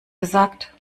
gesagt